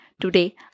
Today